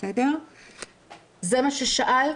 למה ששאלת,